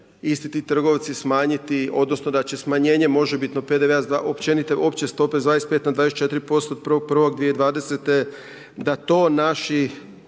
isti ti trgovci smanjiti, odnosno da će smanjenje može bitno PDV-a, opće stope s 25 na 24% od 1.1.2020.